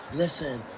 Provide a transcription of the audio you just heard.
listen